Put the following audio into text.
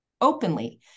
openly